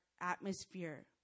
atmosphere